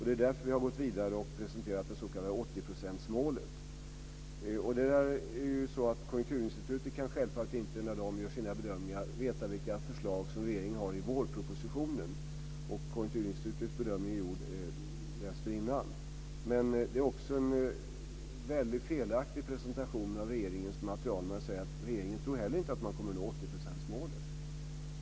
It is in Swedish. Det är därför som vi har gått vidare och presenterat det s.k. 80-procentsmålet. Konjunkturinstitutet kan självfallet inte, när de gör sina bedömningar, veta vilka förslag som regeringen har i vårpropositionen. Konjunkturinstitutets bedömning är gjord dessförinnan. Det är en felaktig presentation av regeringens material när man säger att inte heller regeringen tror att vi kommer att nå 80-procentsmålet.